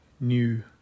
new